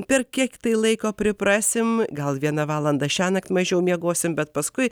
per kiek tai laiko priprasim gal vieną valandą šiąnakt mažiau miegosim bet paskui